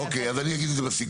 אוקיי, אז אני אגיד את זה בסיכום.